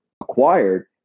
acquired